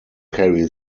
carry